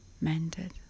mended